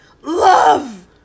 love